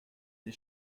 des